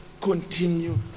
continue